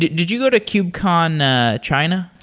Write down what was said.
did did you go to kubecon ah china?